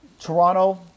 Toronto